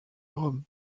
rome